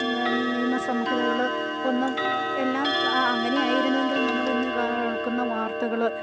നിയമസംഹിതകള് ഒന്നും എല്ലാം അങ്ങനെയായിരുന്നുവെങ്കിൽ നമ്മൾ ഇന്ന് കേൾക്കുന്ന വാർത്തകള്